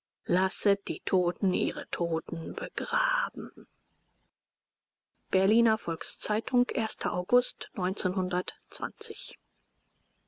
lasset die toten ihre toten begraben berliner volks-zeitung august